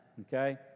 okay